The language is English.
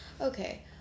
Okay